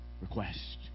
request